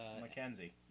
Mackenzie